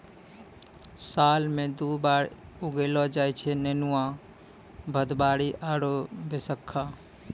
साल मॅ दु बार उगैलो जाय छै नेनुआ, भदबारी आरो बैसक्खा